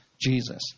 Jesus